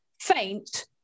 faint